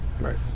Right